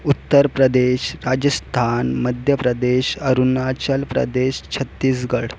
Uttar Pradesh Rajasthan Madhya Pradesh Arunachal Pradesh Chhattisgarh